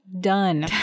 done